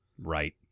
right